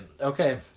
Okay